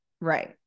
right